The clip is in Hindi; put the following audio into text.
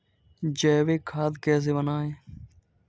जैविक खाद कैसे बनाएँ?